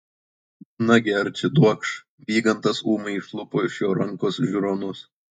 nagi arči duokš vygandas ūmai išlupo iš jo rankos žiūronus